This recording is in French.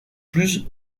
plus